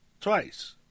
twice